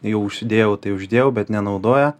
jau užsidėjau tai uždėjau bet nenaudoja